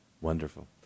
Wonderful